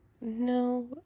No